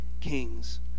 kings